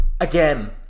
Again